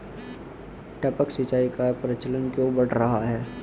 टपक सिंचाई का प्रचलन क्यों बढ़ रहा है?